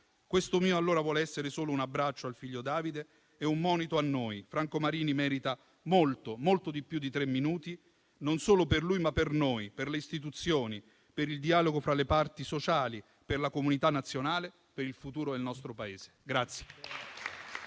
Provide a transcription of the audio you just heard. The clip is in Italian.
Questo mio, allora, vuole essere solo un abbraccio al figlio Davide ed un monito a noi. Franco Marini merita molto di più di tre minuti, non solo per lui, ma per noi, per le istituzioni, per il dialogo fra le parti sociali, per la comunità nazionale, per il futuro del nostro Paese.